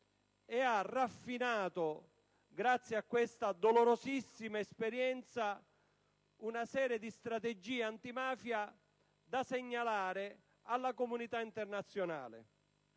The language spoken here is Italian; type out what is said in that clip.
ha raffinato, grazie a questa dolorosissima esperienza, una serie di strategie antimafia da segnalare alla comunità internazionale.